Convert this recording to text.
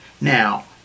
Now